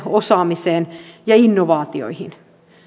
osaamiseen ja innovaatioihin